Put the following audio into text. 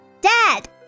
Dad